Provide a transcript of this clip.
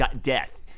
death